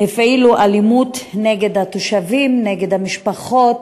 הפעילו אלימות נגד התושבים, נגד המשפחות,